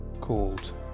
called